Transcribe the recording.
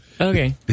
okay